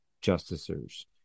justices